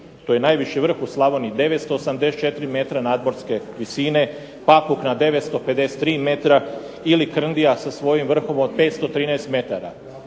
to je najviši vrh u Slavoniji 984 m nadmorske visine, Papuk na 953 m ili Krndija sa svojim vrhom od 513 m.